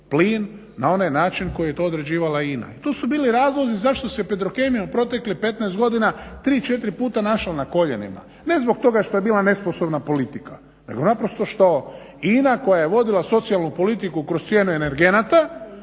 plin na onaj način koji je to određivala INA. To su bili razlozi zašto se Petrokemija u proteklih 15 godina tri-četiri puta našla na koljenima. Ne zbog toga što je bila nesposobna politika nego naprosto što INA koja je vodila socijalnu politiku kroz cijenu energenata